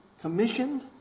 commissioned